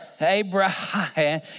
Abraham